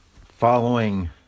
following